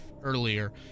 earlier